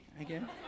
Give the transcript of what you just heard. again